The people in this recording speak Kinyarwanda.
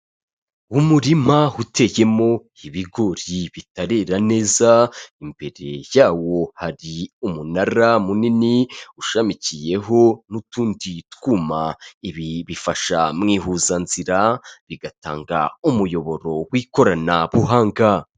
Umurima uteyemo ibigori bitarera neza imbere yawo hari umunara munini ushamikiyeho n'utundi twuma, ibi bifasha mu ihuzanzirara bigatanga umuyoboro w'ikoranabuhanga.